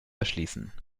erschließen